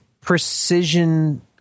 Precision